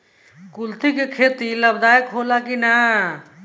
कुलथी के खेती लाभदायक होला कि न?